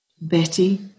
Betty